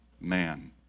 man